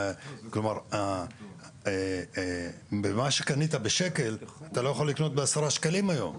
כלומר שמה שקנית בשקל אחד אתה לא יכול לקנות היום בעשרה שקלים היום.